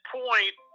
point